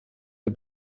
der